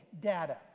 data